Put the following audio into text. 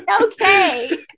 okay